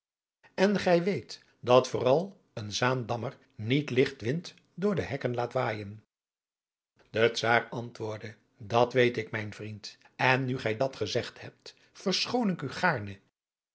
en gij weet dat vooral een zaandammer niet ligt wind door de hekken laat waaijen de czaar antwoordde dat weet ik mijn vriend en nu gij dat gezegd hebt verschoon